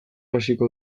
hasiko